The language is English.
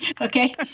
Okay